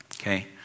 Okay